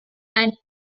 and